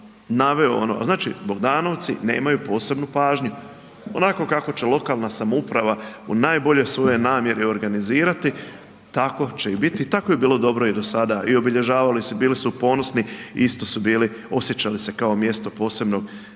Znači Bogdanovci nemaju posebnu pažnju. Onako kako će lokalna samouprava u najboljoj svojoj namjeri organizirati tako će i biti, tako je bilo dobro i do sada. I obilježavali su i bili su ponosni, isto su bili, osjećali se kao mjesto posebnog pijeteta,